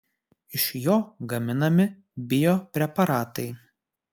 iš jo gaminami biopreparatai